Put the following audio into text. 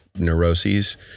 neuroses